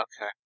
Okay